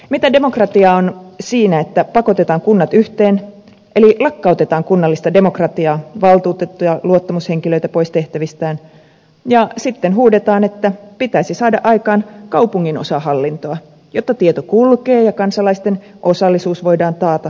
mitä demokratiaa on siinä että pakotetaan kunnat yhteen eli lakkautetaan kunnallista demokratiaa valtuutettuja luottamushenkilöitä joutuu pois tehtävistään ja sitten huudetaan että pitäisi saada aikaan kaupunginosahallintoa jotta tieto kulkee ja kansalaisten osallisuus voidaan taata ja niin edelleen